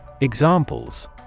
Examples